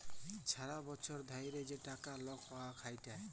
ছারা বচ্ছর ধ্যইরে যে টাকা লক পায় খ্যাইটে